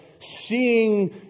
seeing